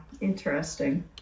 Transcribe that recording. interesting